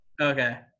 Okay